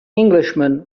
englishman